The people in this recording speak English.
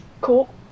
Cool